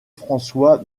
françois